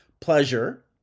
pleasure